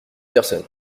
personne